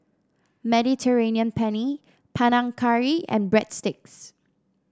Mediterranean Penne Panang Curry and Breadsticks